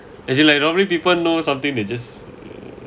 as in like normally people know something they just